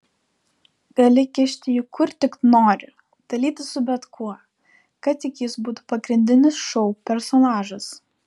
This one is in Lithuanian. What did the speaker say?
gali kišti jį kur tik nori dalytis su bet kuo kad tik jis būtų pagrindinis šou personažas